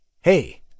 hey